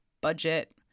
budget